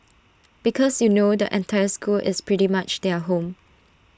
because you know the entire school is pretty much their home